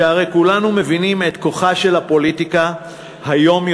שהרי כולנו מבינים את כוחה של הפוליטיקה היומיומית,